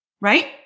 right